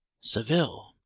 seville